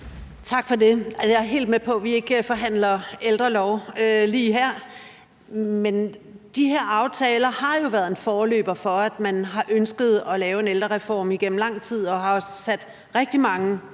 Tak for det. Jeg er helt med på, at vi ikke forhandler ældrelov lige her, men de her aftaler har jo været en forløber for, at man har ønsket at lave en ældrereformigennem lang tid og også har sat rigtig mange